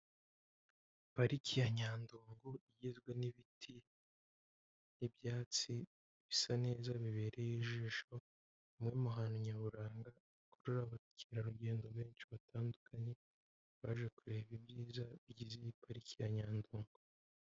Pariki ya nyandungu igizwe n'ibiti by'ibyatsi bisa neza bibereye ijisho, hamwe mu hantu nyaburanga hakurura abakerarugendo benshi batandukanye, baje kureba ibyiza bigize iyi pariki ya nyandungu.